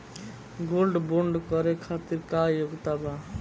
Gold bond करे खातिर का योग्यता बा?